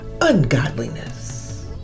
ungodliness